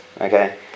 Okay